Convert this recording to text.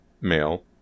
male